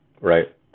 right